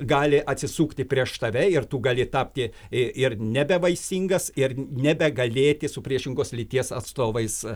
gali atsisukti prieš tave ir tu gali tapti ir nebevaisingas ir nebegalėti su priešingos lyties atstovais